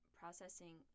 processing